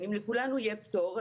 אם לכולנו יהיה פטור,